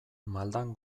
maldan